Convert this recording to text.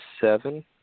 seven